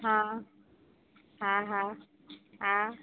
હા હા હા હા